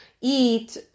eat